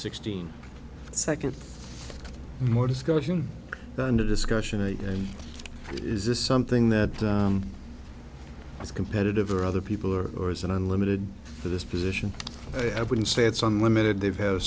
sixteen second for more discussion under discussion and is this something that is competitive or other people are or is unlimited for this position i wouldn't say it's unlimited they've had a